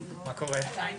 אבתיסאם,